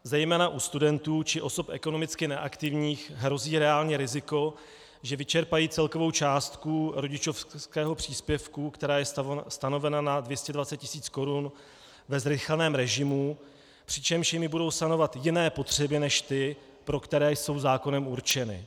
Zejména u studentů či osob ekonomicky neaktivních hrozí reálně riziko, že vyčerpají celkovou částku rodičovského příspěvku, která je stanovena na 220 tis. korun, ve zrychleném režimu, přičemž jimi budou sanovat jiné potřeby než ty, pro které jsou zákonem určeny.